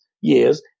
years